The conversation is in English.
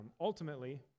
ultimately